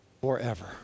forever